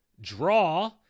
draw